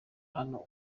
hano